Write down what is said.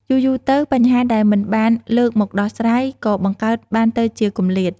យូរៗទៅ បញ្ហាដែលមិនបានលើកមកដោះស្រាយក៏បង្កើតបានទៅជាគម្លាត។